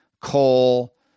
coal